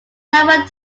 novel